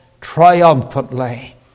triumphantly